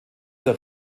der